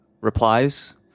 replies